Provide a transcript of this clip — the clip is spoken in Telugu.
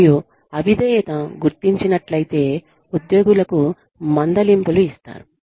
మరియు అవిధేయత గుర్తించినట్లయితే ఉద్యోగులకు మందలింపులు ఇస్తారు